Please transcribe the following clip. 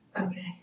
Okay